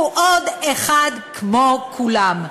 הוא עוד אחד כמו כולם.